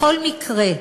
בכל מקרה,